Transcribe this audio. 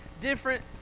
different